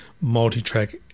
multi-track